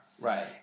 Right